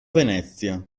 venezia